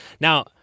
Now